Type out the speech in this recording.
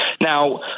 now